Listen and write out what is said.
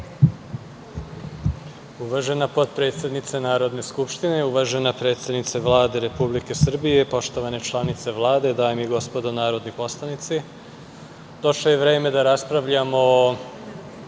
Uvažena potpredsednice Narodne skupštine, uvažena predsednice Vlade Republike Srbije i poštovane članice Vlade, dame i gospodo narodni poslanici, došlo je vreme da raspravljamo